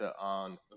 on